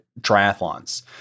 triathlons